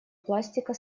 пластика